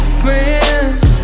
friends